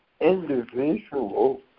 individual